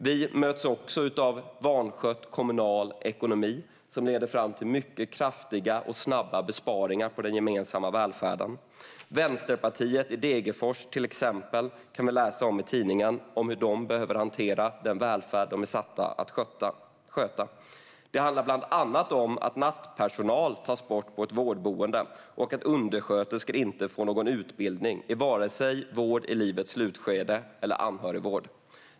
Vi möts också av vanskött kommunal ekonomi, som leder fram till mycket kraftiga och snabba besparingar på den gemensamma välfärden. Vi kan till exempel läsa i tidningen om hur Vänsterpartiet i Degerfors behöver hantera den välfärd de är satta att sköta. Det handlar bland annat om att nattpersonal tas bort på ett vårdboende och att undersköterskor inte får någon utbildning i vare sig vård i livets slutskede eller anhörigstöd.